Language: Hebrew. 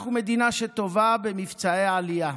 אנחנו מדינה שטובה במבצעי עלייה,